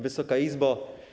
Wysoka Izbo!